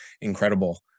incredible